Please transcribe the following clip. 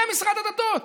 זה משרד הדתות.